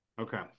okay